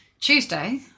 Tuesday